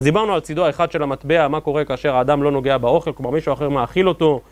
אז דיברנו על צידו האחד של המטבע, מה קורה כאשר האדם לא נוגע באוכל, כלומר מישהו אחר מאכיל אותו